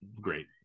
great